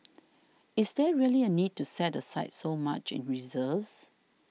is there really a need to set aside so much in reserves